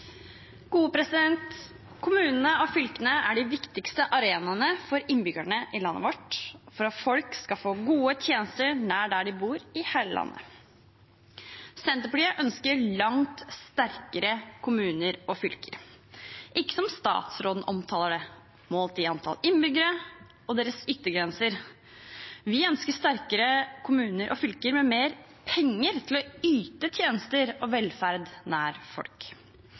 de viktigste arenaene for innbyggerne i landet vårt for at folk skal få gode tjenester nær der de bor i hele landet. Senterpartiet ønsker langt sterkere kommuner og fylker – ikke som statsråden omtaler dem, målt i antall innbyggere og deres yttergrenser. Vi ønsker sterkere kommuner og fylker med mer penger til å yte tjenester og velferd nær folk.